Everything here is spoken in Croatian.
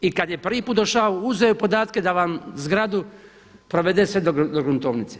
I kada je prvi put došao uzeo je podatke da vam zgradu provede sve do gruntovnice.